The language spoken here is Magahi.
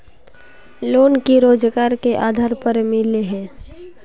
लोन की रोजगार के आधार पर मिले है?